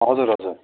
हजुर हजुर